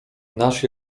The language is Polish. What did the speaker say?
nasz